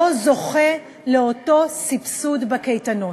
לא זוכה לאותו סבסוד בקייטנות.